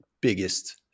biggest